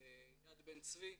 יד בן-צבי